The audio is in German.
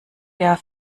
der